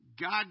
God